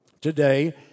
today